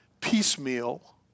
piecemeal